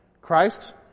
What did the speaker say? Christ